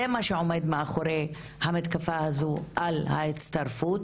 זה מה שעומד מאחורי המתקפה הזו על ההצטרפות,